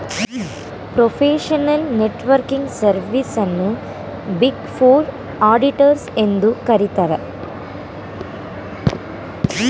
professional networking service ಅನ್ನು big four auditors ಎಂದು ಕರಿತರೆ